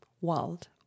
world